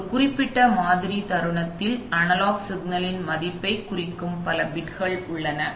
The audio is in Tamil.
எனவே ஒரு குறிப்பிட்ட மாதிரி தருணத்தில் அனலாக் சிக்னலின் மதிப்பைக் குறிக்கும் பல பிட்கள் உள்ளன